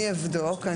אני אבדוק.